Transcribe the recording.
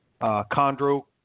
chondro